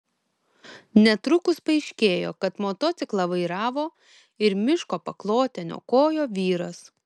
netrukus paaiškėjo kad motociklą vairavo ir miško paklotę niokojo vyras